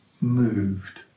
moved